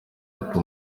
ati